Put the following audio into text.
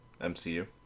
MCU